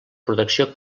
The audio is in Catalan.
protecció